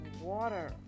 water